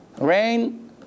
Rain